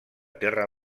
terra